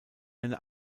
eine